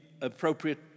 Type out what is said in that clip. appropriate